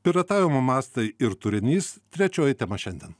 piratavimo mastai ir turinys trečioji tema šiandien